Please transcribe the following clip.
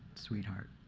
sweetheart.